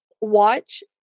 watch